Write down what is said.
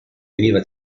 veniva